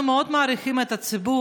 אנחנו מאוד מעריכים את הציבור,